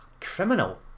criminal